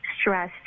stress